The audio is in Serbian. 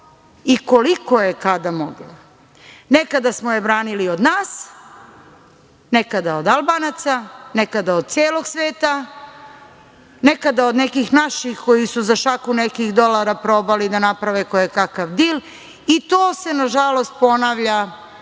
i koliko je kada mogla. Nekada smo je branili od nas, nekada od Albanaca, nekada od celog sveta, nekada od nekih naših koji su za šaku nekih dolara probali da naprave kojekakav dil i to se, nažalost ponavlja